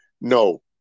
no